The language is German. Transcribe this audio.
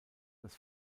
das